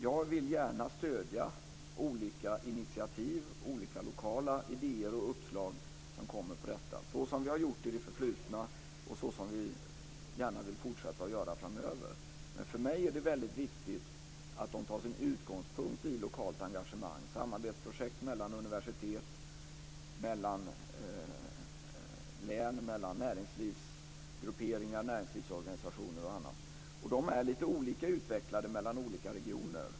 Jag vill gärna stödja olika initiativ, lokala idéer och uppslag som kommer på detta område, såsom vi har gjort i det förflutna och såsom vi gärna vill fortsätta att göra framöver. För mig är det väldigt viktigt att detta tar sin utgångspunkt i lokalt engagemang - samarbetsprojekt mellan universitet, mellan län, mellan näringslivsorganisationer m.m. Dessa är lite olika utvecklade i olika regioner.